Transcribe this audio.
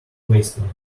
waistline